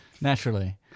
naturally